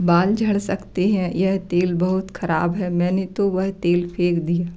बाल झड़ सकते हैं यह तेल बहुत ख़राब है मैंने तो वह तेल फेंक दिया